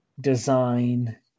design